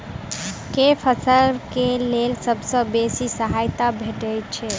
केँ फसल केँ लेल सबसँ बेसी सहायता भेटय छै?